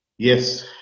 Yes